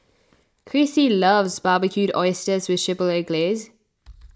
Chrissie loves Barbecued Oysters with Chipotle Glaze